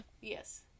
Yes